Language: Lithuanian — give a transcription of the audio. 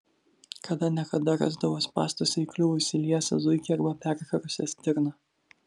kada ne kada rasdavo spąstuose įkliuvusį liesą zuikį arba perkarusią stirną